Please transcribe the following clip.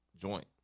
joint